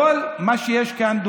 אז כל מה שיש כאן,